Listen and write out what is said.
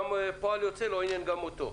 וכפועל יוצא לא עניין גם אותו.